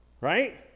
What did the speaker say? Right